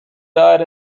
died